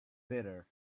bitter